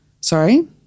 Sorry